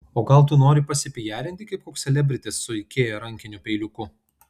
o gal tu nori pasipijarinti kaip koks selebritis su ikea rankiniu peiliuku